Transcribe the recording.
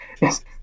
Yes